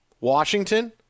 Washington